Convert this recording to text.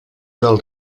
del